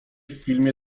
filmie